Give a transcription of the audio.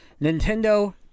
Nintendo